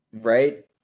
right